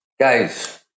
Guys